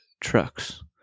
trucks